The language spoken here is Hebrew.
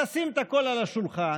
תשים את הכול על השולחן,